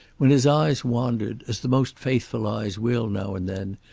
when his eyes wandered, as the most faithful eyes will now and then,